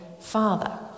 father